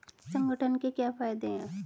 संगठन के क्या फायदें हैं?